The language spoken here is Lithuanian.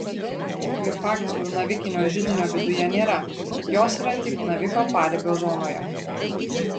limfagyslių navikinio židinio viduje nėra jos yra tik naviko paribio zonoje